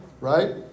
right